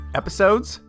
episodes